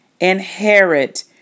inherit